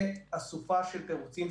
זה אסופה של תירוצים,